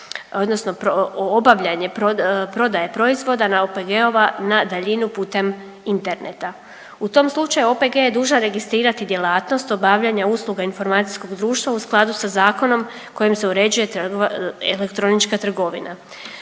odnosno obavljanje prodaje proizvoda na OPG-ova na daljinu putem interneta. U tom slučaju OPG je dužan registrirati djelatnost obavljanja usluga informacijskog društva u skladu sa zakonom kojim se uređuje elektronička trgovina.